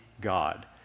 God